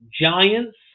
Giants